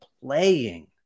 playing